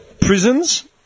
prisons